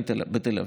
בתל אביב.